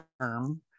term